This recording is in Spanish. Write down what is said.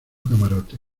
camarote